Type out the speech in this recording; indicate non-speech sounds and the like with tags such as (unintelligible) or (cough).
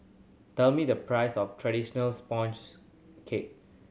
tell me the price of traditional sponge (unintelligible) cake